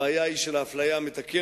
הבעיה היא של האפליה המתקנת,